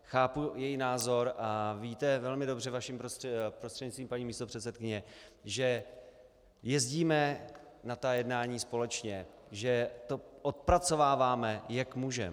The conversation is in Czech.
Chápu její názor a víte velmi dobře, vašim prostřednictvím, paní místopředsedkyně, že jezdíme na ta jednání společně, že to odpracováváme, jak můžeme.